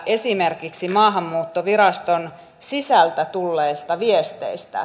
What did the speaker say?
esimerkiksi maahanmuuttoviraston sisältä tulleisiin viesteihin